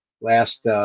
last